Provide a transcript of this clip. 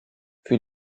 für